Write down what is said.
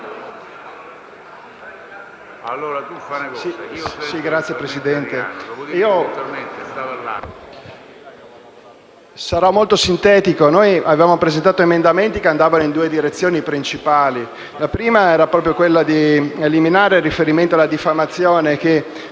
Signora Presidente, sarò molto sintetico. Noi abbiamo presentato emendamenti che andavano in due direzioni principali: la prima è quella di eliminare il riferimento alla diffamazione, che